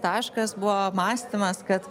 taškas buvo mąstymas kad